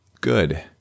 Good